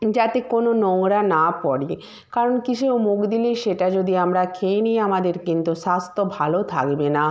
যাতে কোনো নোংরা না পড়ে কারণ কিসে ও মুখ দিলেই সেটা যদি আমরা খেয়ে নিয়ে আমাদের কিন্তু স্বাস্থ্য ভালো থাকবে না